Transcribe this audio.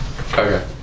Okay